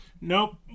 Nope